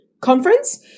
conference